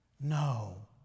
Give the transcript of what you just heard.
No